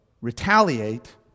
retaliate